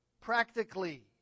practically